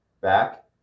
back